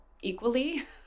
equally